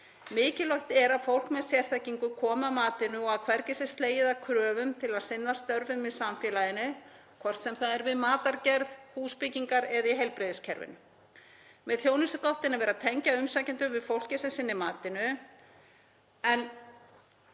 Mikilvægt er að fólk með sérþekkingu komi að matinu og að hvergi sé slegið af kröfum til að sinna störfum í samfélaginu, hvort sem það er við matargerð, húsbyggingar eða í heilbrigðiskerfinu. Með þjónustugáttinni er verið að tengja umsækjendur við fólkið sem sinnir matinu.